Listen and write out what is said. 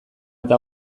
eta